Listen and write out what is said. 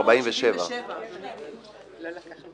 אנחנו נחיה ונראה,